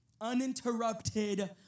uninterrupted